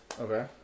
Okay